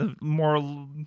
more